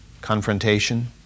confrontation